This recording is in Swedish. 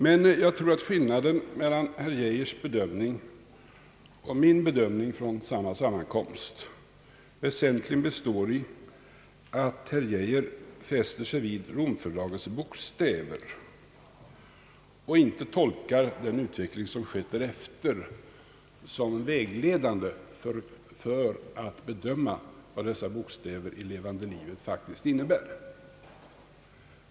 Jag tror emellertid skillnaden mellan herr Arne Geijers bedömning och min bedömning från samma sammankomst väsentligen består i att herr Arne Geijer fäster sig vid Rom-fördragets bokstäver och inte tolkar den utveckling som har skett därefter, såsom vägledande vid bedömningen av vad dessa bokstäver faktiskt innebär i det levande livet.